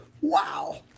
Wow